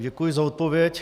Děkuji za odpověď.